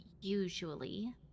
usually